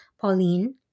Pauline